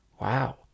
wow